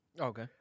Okay